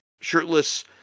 shirtless